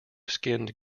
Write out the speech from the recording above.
skinned